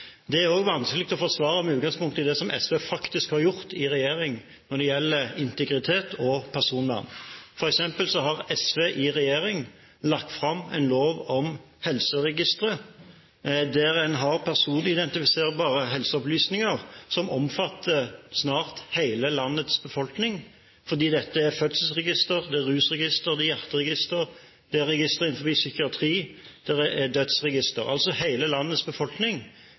Det er også vanskelig å forsvare med utgangspunkt i det som SV faktisk har gjort i regjering når det gjelder integritet og personvern. For eksempel har SV i regjering lagt fram en lov om helseregistre, der en har personidentifiserbare helseopplysninger som omfatter snart hele landets befolkning. Dette er fødselsregister, det er rusregister, det er hjerteregister, det er registre innenfor psykiatri, det er dødsregister – altså hele landets befolkning,